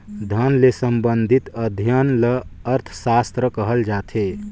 धन ले संबंधित अध्ययन ल अर्थसास्त्र कहल जाथे